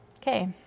Okay